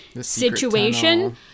situation